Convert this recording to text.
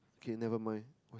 okay never mind